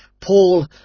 Paul